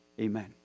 Amen